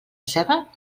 ceba